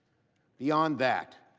beyond that,